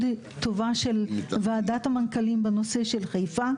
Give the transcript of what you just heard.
טובה של ועדת המנכ"לים בנושא של חיפה,